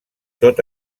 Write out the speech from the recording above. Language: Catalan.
tot